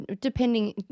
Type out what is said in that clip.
depending